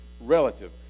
relative